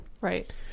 Right